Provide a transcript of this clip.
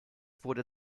wurde